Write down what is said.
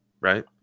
Right